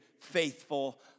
faithful